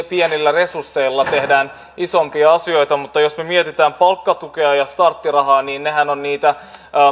pienemmillä resursseilla tehdään isompia asioita mutta jos mietitään palkkatukea ja starttirahaa niin nehän ovat niitä